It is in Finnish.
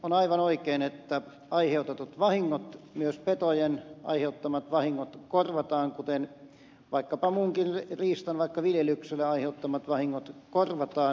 on aivan oikein että aiheutetut vahingot myös petojen aiheuttamat vahingot korvataan kuten vaikkapa muunkin riistan esimerkiksi viljelykselle aiheuttamat vahingot korvataan